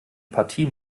partie